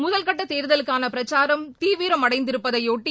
முதல்கட்ட தேர்தலுக்கான பிரச்சாரம் தீவிரமடைந்திருப்பதையொட்டி